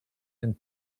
ten